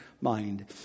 mind